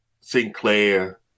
Sinclair